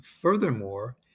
furthermore